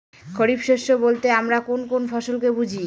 খরিফ শস্য বলতে আমরা কোন কোন ফসল কে বুঝি?